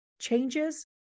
Changes